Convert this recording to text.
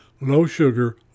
low-sugar